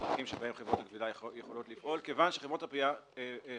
הדרכים שבהן חברות הגבייה יכולות לגבות כיוון שחברות הגבייה חייבות